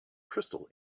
crystal